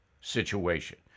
situation